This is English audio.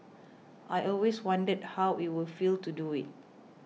I always wondered how it would feel to do it